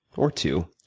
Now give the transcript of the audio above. or two,